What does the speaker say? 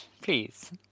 please